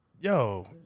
Yo